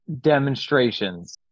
demonstrations